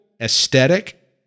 aesthetic